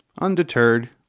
Undeterred